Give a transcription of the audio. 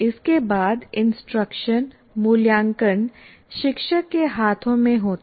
इसके बाद इंस्ट्रक्शन मूल्यांकन शिक्षक के हाथों में होता है